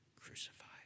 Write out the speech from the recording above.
crucified